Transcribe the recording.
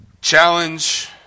challenge